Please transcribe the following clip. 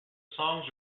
songs